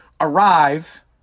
arrive